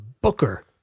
Booker